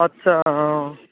আচ্ছা অঁ